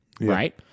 right